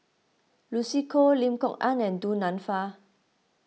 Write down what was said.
Lucy Koh Lim Kok Ann and Du Nanfa